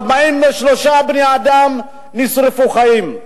43 בני-אדם נשרפו חיים.